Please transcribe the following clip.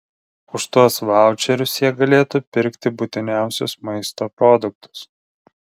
už tuos vaučerius jie galėtų pirkti būtiniausius maisto produktus